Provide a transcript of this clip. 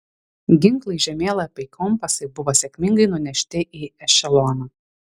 ginklai žemėlapiai kompasai buvo sėkmingai nunešti į ešeloną